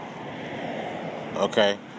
okay